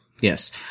Yes